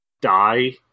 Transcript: die